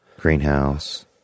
greenhouse